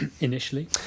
initially